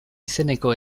izeneko